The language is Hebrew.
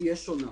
שתהיה שונה.